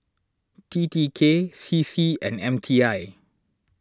T T K C C and M T I